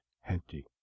Henty